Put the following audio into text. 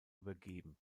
übergeben